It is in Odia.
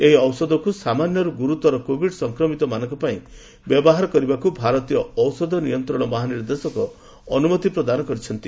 ଏହି ଔଷଧକୁ ସାମାନ୍ୟରୁ ଗୁରୁତର କୋଭିଡ୍ ସଂକ୍ରମିତମାନଙ୍କ ପାଇଁ ବ୍ୟବହାର କରିବାକୁ ଭାରତୀୟ ଔଷଧ ନିୟନ୍ତ୍ରଣ ମହାନିର୍ଦ୍ଦେଶକ ଅନୁମତି ପ୍ରଦାନ କରିଛନ୍ତି